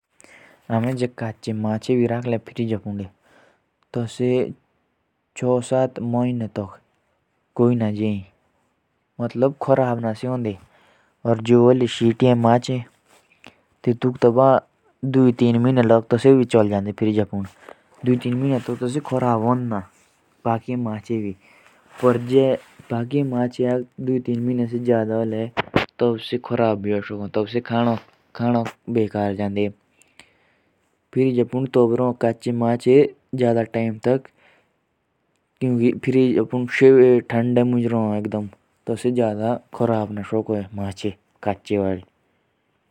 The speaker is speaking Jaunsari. जेसे अगर हम कच्छी मछली को फ्रीग में रखेंगे। तो वो कम से कम सात महीने तक खाने लायक रहेगी और अगर पकी हुई मछली को रखे तो वो भी दो महीने तक रहेगी।